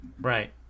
Right